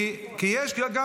כי יש גם,